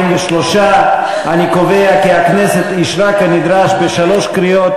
43. אני קובע כי הכנסת אישרה כנדרש בשלוש קריאות